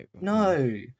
no